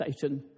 Satan